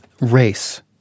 race